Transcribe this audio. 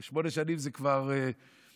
כי שמונה שנים זה כבר מוגזם.